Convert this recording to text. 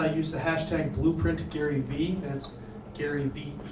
ah use the hashtag blueprintgaryvee. that's garyvee,